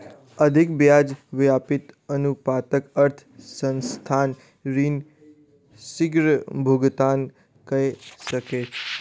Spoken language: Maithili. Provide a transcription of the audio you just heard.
अधिक ब्याज व्याप्ति अनुपातक अर्थ संस्थान ऋण शीग्र भुगतान कय सकैछ